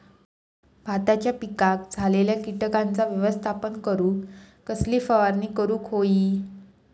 भाताच्या पिकांक झालेल्या किटकांचा व्यवस्थापन करूक कसली फवारणी करूक होई?